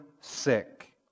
sick